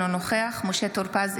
אינו נוכח משה טור פז,